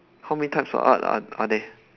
how many types of art are are there